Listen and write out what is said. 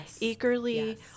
eagerly